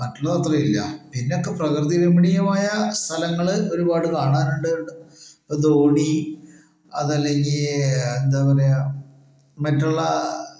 മറ്റുള്ള അത്രേം ഇല്ല പിന്നൊക്കെ പ്രകൃതി രമണീയമായ സ്ഥലങ്ങള് ഒരുപാട് കാണാനൊണ്ട് ഇപ്പോ ധോണി അതല്ലെങ്കി എന്താ പറയുക മറ്റുള്ള